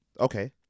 Okay